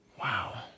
Wow